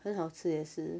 很好吃也是